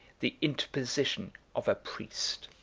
the interposition of a priest.